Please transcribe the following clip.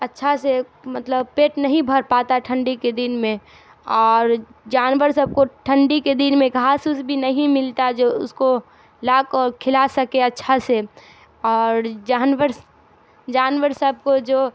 اچھا سے مطلب پیٹ نہیں بھر پاتا ٹھنڈی کے دن میں اور جانور سب کو ٹھنڈی کے دن میں گھاس اس بھی نہیں ملتا جو اس کو لا کے کھلا سکے اچھا سے اور جانور جانور سب کو جو